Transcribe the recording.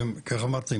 שאיך אמרתי,